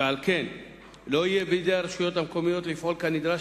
ועל כן לא יהיה בידי הרשויות המקומיות לפעול כנדרש